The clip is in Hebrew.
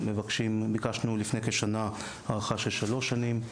ביקשנו לפני כשנה הארכה של שלוש שנים,